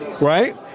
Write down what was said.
right